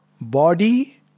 Body